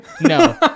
No